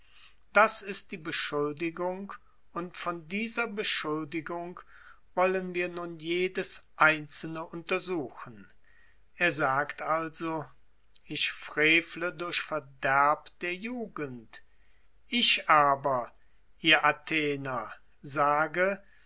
das ist die beschuldigung und von dieser beschuldigung wollen wir nun jedes einzelne untersuchen er sagt also ich frevle durch verderb der jugend ich aber ihr athener sage